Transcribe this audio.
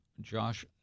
Josh